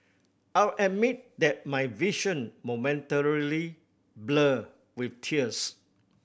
I'll admit that my vision momentarily blurred with tears